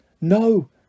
No